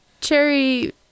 cherry